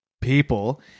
people